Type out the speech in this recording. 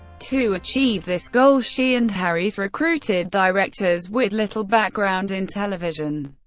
to achieve this goal, she and harries recruited directors with little background in television.